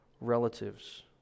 relatives